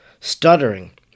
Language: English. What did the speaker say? stuttering